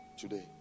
Today